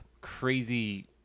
crazy